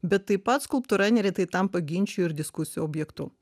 bet taip pat skulptūra neretai tampa ginčių ir diskusijų objektu